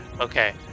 Okay